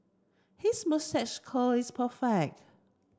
his moustache curl is perfect